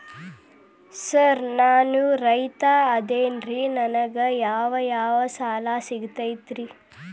Sir ನಾನು ರೈತ ಅದೆನ್ರಿ ನನಗ ಯಾವ್ ಯಾವ್ ಸಾಲಾ ಸಿಗ್ತೈತ್ರಿ?